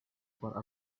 for